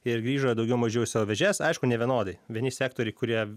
ir grįžo daugiau mažiau į savo vėžes aišku nevienodai vieni sektoriai kurie